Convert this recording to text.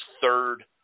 third